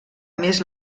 més